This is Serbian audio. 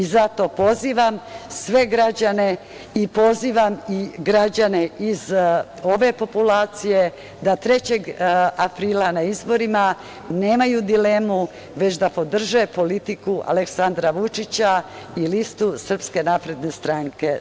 Zato pozivam sve građane i pozivam i građane iz ove populacije da 3. aprila na izborima nemaju dilemu, već da podrže politiku Aleksandra Vučića i listu SNS.